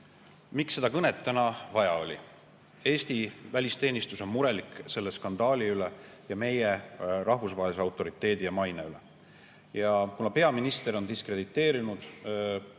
Miks seda kõnet täna vaja oli? Eesti välisteenistus on mures selle skandaali pärast ja meie rahvusvahelise autoriteedi ja maine pärast. Ja kuna peaminister on diskrediteerinud